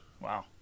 wow